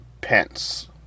Pence